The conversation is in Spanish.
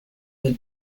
del